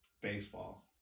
Baseball